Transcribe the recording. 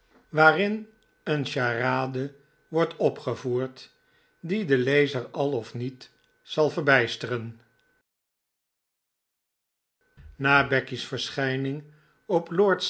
waarin een charade wordt opgevoerd die den lezer al of niet zal verbijsteren na becky's verschijning op lord